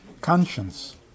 conscience